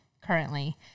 currently